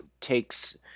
takes